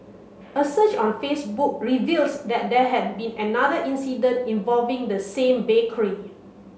a search on Facebook revealed that there had been another incident involving the same bakery